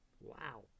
Wow